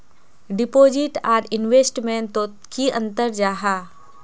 Deposit आर investment तोत की अंतर जाहा?